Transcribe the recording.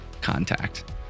contact